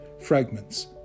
fragments